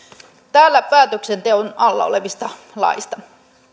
täällä päätöksenteon alla olevista laeista